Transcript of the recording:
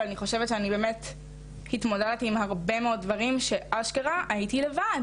אבל אני חושבת שאני באמת התמודדתי עם הרבה מאוד דברים שממש הייתי לבד.